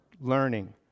learning